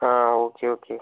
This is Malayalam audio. ആ ഓക്കേ ഓക്കേ